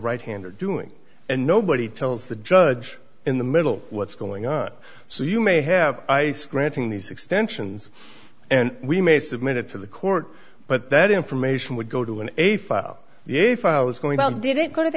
right hand are doing and nobody tells the judge in the middle what's going on so you may have ice granting these extensions and we may submit it to the court but that information would go to an a file if i was going on did it go to